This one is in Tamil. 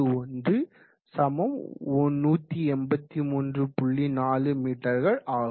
4 மீட்டர்கள் ஆகும்